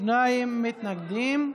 שני מתנגדים.